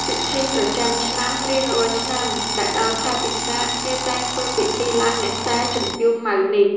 ពិធីប្រចាំឆ្នាំ រៀងរាល់ឆ្នាំ តែដល់ខែពិសាខ គេតែងធ្វើពិធីឡើងអ្នកតាជំទាវ ម៉ៅ នេះ ។